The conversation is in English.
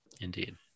indeed